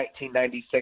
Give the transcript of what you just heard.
1996